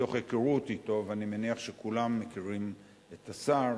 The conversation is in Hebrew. מתוך היכרות אתו, ואני מניח שכולם מכירים את השר,